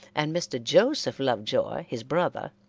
and mr. joseph lovejoy, his brother,